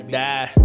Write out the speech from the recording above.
die